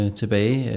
tilbage